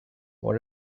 what